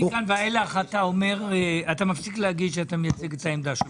מכאן ואילך אתה מפסיק להגיד שאתה מייצג את העמדה שלך.